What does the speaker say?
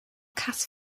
cass